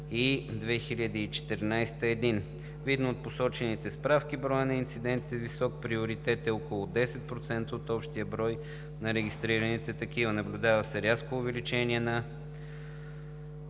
и 2014 г. – 1. Видно от посочените справки, броят на инцидентите с висок приоритет е около 10% от общия брой на регистрираните такива. Наблюдава се рязко увеличаване на